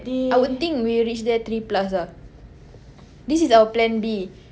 I would think we'll reach there three plus ah this is our plan B